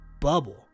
bubble